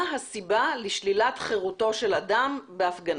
מה הסיבה לשלילת חירותו של אדם בהפגנה?